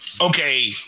okay